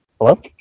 Hello